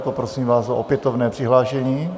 Poprosím vás o opětovné přihlášení.